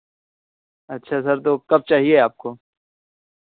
अच्छा सर तो कब चाहिए आपको